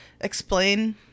explain